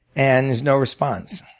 and there's no response.